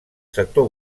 sector